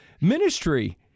ministry